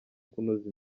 kunoza